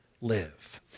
live